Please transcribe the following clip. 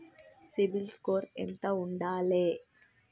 CIBIL score ఎంత ఉండాలే?